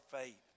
faith